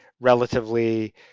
relatively